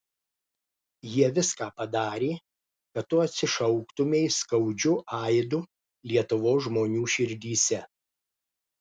jie viską padarė kad tu atsišauktumei skaudžiu aidu lietuvos žmonių širdyse